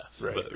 Right